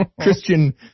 Christian